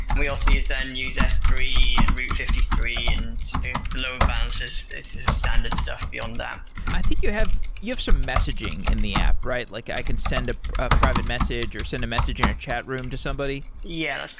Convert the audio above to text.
we also use then, use s three and route fifty three and the load balancers, it's standard stuff beyond that i think you have you have some messaging in the app, right? like i can send ah a private message, or send a message in a chat room to somebody? yeah,